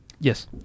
Yes